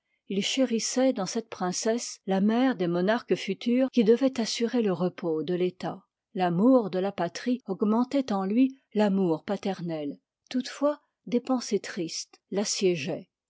il chérissoit dans cette princesse la mère des monarques futurs qui dévoient assurer le repos de l'etat tamour de la patrie augmentoit en lui l'amour paternel toutefois des pensées tristes